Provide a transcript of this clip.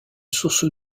source